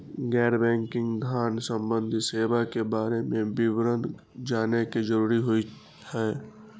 गैर बैंकिंग धान सम्बन्धी सेवा के बारे में विवरण जानय के जरुरत होय हय?